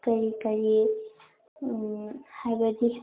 ꯀꯔꯤ ꯀꯔꯤ ꯍꯥꯏꯕꯗꯤ